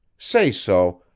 say so,